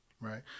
right